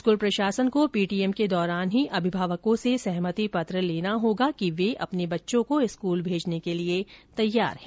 school प्रशासन को PTM के दौरान ही अभिभावकों से सहमति पत्र लेना होगा कि वह अपने बच्चों को स्कूल भेजने के लिए तैयार हैं